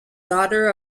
daughter